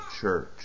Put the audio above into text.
church